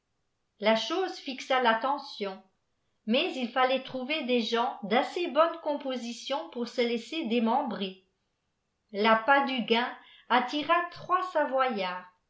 la chose fixa l'attehdon mais il fallait trouver des gens d'asseï bonne composition pour se laisser démeihbrar l'appât du gain attira trois savoyards